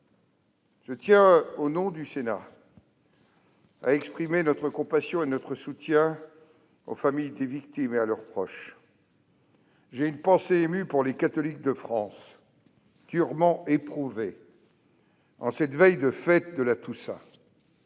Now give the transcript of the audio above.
Je tiens, au nom du Sénat, à exprimer notre compassion et notre soutien aux familles des victimes et à leurs proches. J'ai une pensée émue pour les catholiques de France durement éprouvés en cette veille de fête de la Toussaint.